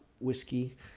whiskey